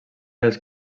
dels